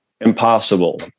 impossible